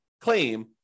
claim